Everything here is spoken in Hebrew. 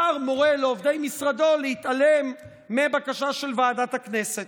שר מורה לעובדי משרדו להתעלם מבקשה של ועדת הכנסת.